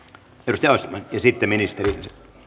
ja sitten ministeri